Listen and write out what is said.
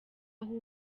aho